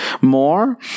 More